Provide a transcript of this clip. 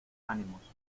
ánimos